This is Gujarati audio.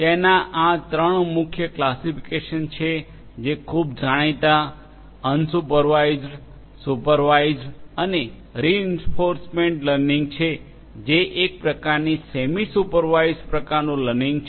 તેના આ ત્રણ મુખ્ય ક્લાસિફિકેશન છે જે ખૂબ જાણીતા અનસુપરવાઇઝડ સુપરવાઇઝડ અને રિઇન્ફોર્સમેન્ટ લર્નિંગ છે જે એક પ્રકારની સેમી સુપરવાઇઝડ પ્રકારનું લર્નિંગ છે